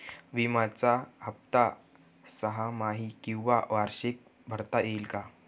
विम्याचा हफ्ता सहामाही किंवा वार्षिक भरता येईल का?